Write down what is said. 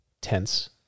tense